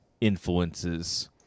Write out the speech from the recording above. influences